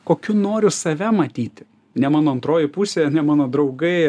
kokiu noriu save matyti ne mano antroji pusė ne mano draugai